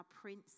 Prince